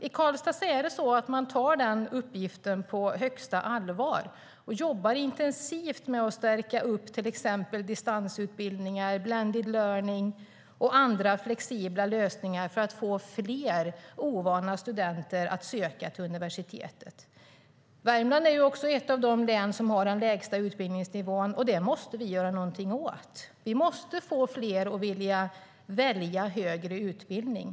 I Karlstad tar man den uppgiften på största allvar och jobbar intensivt med att till exempel stärka distansutbildningarna. Man har blended learning och andra flexibla lösningar för att få fler ovana studenter att söka till universitetet. Värmland är ett av de län som har den lägsta utbildningsnivån, och det måste vi göra någonting åt. Vi måste få fler att vilja välja högre utbildning.